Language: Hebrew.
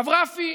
הרב רפי,